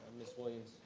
miss williams.